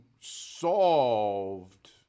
solved